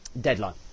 deadline